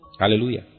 Hallelujah